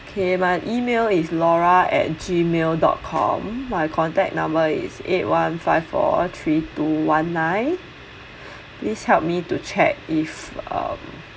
okay my email is laura at gmail dot com my contact number is eight one five four three two one nine please help me to check if um